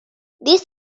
this